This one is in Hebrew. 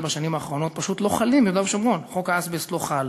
בשנים האחרונות פשוט לא חלים ביהודה ושומרון: חוק האזבסט לא חל,